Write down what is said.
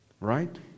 Right